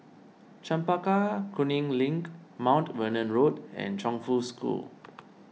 Chempaka Kuning Link Mount Vernon Road and Chongfu School